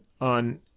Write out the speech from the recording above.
on